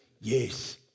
Yes